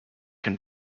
can